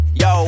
yo